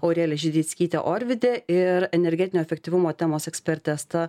aurelija židickytė orvydė ir energetinio efektyvumo temos ekspertė asta